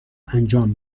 انجام